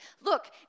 Look